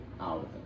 out